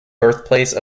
birthplace